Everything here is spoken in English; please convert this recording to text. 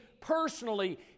personally